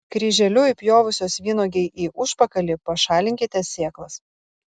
kryželiu įpjovusios vynuogei į užpakalį pašalinkite sėklas